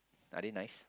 are they nice